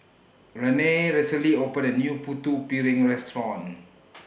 Renae recently opened A New Putu Piring Restaurant